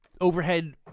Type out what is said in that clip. overhead